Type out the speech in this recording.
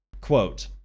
Quote